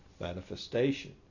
manifestation